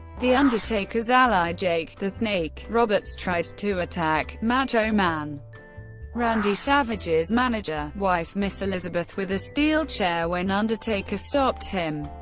the undertaker's ally jake the snake roberts tried to attack macho man randy savage's manager wife miss elizabeth with a steel chair when undertaker stopped him,